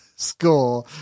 score